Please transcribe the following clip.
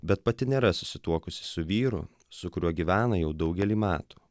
bet pati nėra susituokusi su vyru su kuriuo gyvena jau daugelį metų